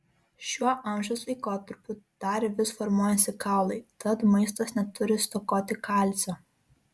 šiuo amžiaus laikotarpiu dar vis formuojasi kaulai tad maistas neturi stokoti kalcio